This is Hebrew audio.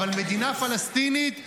אבל מדינה פלסטינית,